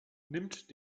nimmt